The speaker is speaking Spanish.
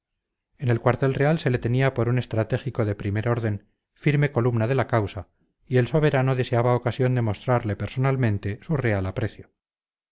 en el cuartel real se le tenía por un estratégico de primer orden firme columna de la causa y el soberano deseaba ocasión de mostrarle personalmente su real aprecio